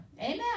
Amen